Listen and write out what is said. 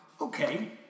Okay